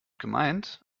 gemeint